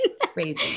Crazy